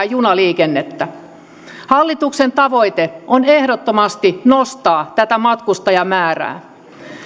junaliikennettä hallituksen tavoite on ehdottomasti nostaa tätä matkustajamäärää